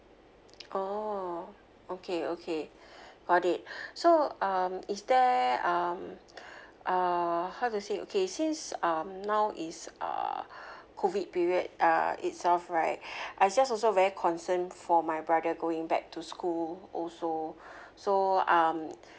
orh okay okay got it so um is there um uh how to say okay since um now is uh COVID period uh itself right I just also very concern for my brother going back to school also so um